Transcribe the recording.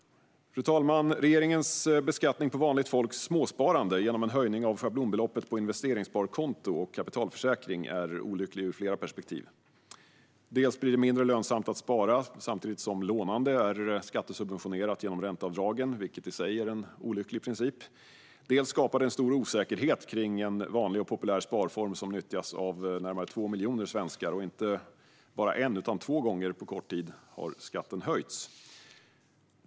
Fru talman! Regeringens beskattning på vanligt folks småsparande genom en höjning av schablonbeloppet på investeringssparkonto och kapitalförsäkring är olycklig ur flera perspektiv. Dels blir det mindre lönsamt att spara, samtidigt som lånande är skattesubventionerat genom ränteavdragen, vilket i sig är en olycklig princip, dels skapar den en stor osäkerhet om en vanlig och populär sparform som nyttjas av närmare 2 miljoner svenskar. Inte bara en utan två gånger på kort tid har skatten höjts.